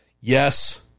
Yes